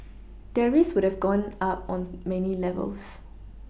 their risks would have gone up on many levels